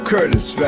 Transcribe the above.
Curtis